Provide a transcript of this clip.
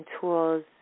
tools